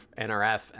NRF